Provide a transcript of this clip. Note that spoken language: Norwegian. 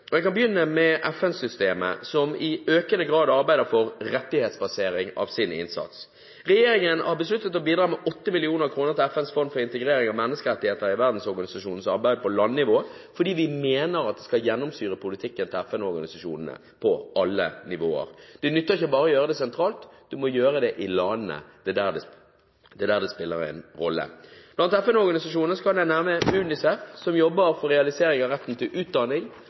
Jeg kan begynne med FN-systemet, som i økende grad arbeider for en rettighetsbasering av sin innsats. Regjeringen har besluttet å bidra med 8 mill. kr til FNs fond for integrering av menneskerettigheter i verdensorganisasjonens arbeid på landnivå, fordi vi mener at det skal gjennomsyre politikken til FN-organisasjonene på alle nivåer. Det nytter ikke bare å gjøre det sentralt; en må gjøre det i landene, det er der det spiller en rolle. Blant FN-organisasjonene kan jeg nevne UNICEF, som jobber for realisering av retten til utdanning,